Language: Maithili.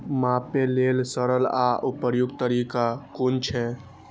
मापे लेल सरल आर उपयुक्त तरीका कुन छै?